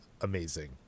amazing